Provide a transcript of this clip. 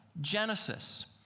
Genesis